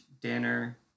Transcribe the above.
dinner